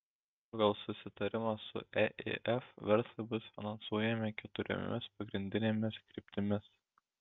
pagal susitarimą su eif verslai bus finansuojami keturiomis pagrindinėmis kryptimis